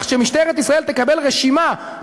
כך שמשטרת ישראל תקבל רשימה,